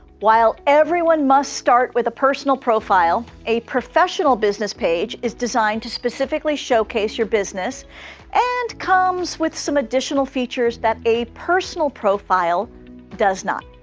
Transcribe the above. while everyone must start with a personal profile, a professional business page is designed to specifically showcase your business and comes with some additional features that a personal profile does not.